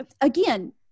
Again